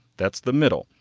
that's the middle.